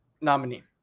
nominee